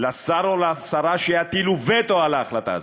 לשר או לשרה שיטילו וטו על ההחלטה הזאת,